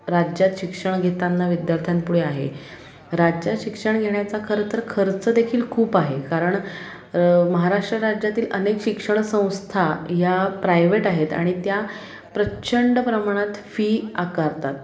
राज्यात शिक्षण घेताना विद्यार्थ्यांपुढे आहे राज्यात शिक्षण घेण्याचा खरंतर खर्च देखील खूप आहे कारण महाराष्ट्र राज्यातील अनेक शिक्षण संस्था या प्रायव्हेट आहेत आणि त्या प्रचंड प्रमाणात फी आकारतात